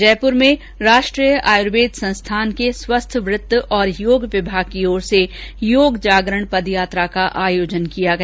जयपुर में राष्ट्रीय आयुर्वेद संस्थान के स्वस्थवृत्त और योग विभाग की ओर से योग जागरण पदयात्रा का आयोजन किया गया